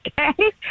Okay